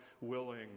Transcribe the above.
willing